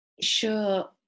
Sure